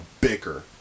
bicker